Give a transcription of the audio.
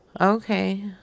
Okay